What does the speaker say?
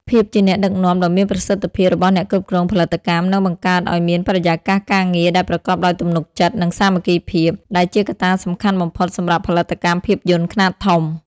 ភាពជាអ្នកដឹកនាំដ៏មានប្រសិទ្ធភាពរបស់អ្នកគ្រប់គ្រងផលិតកម្ម នឹងបង្កើតឱ្យមានបរិយាកាសការងារដែលប្រកបដោយទំនុកចិត្ត និងសាមគ្គីភាព ដែលជាកត្តាសំខាន់បំផុតសម្រាប់ផលិតកម្មភាពយន្តខ្នាតធំ។